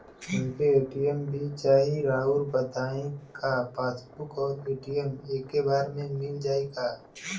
हमके ए.टी.एम भी चाही राउर बताई का पासबुक और ए.टी.एम एके बार में मील जाई का?